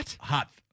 hot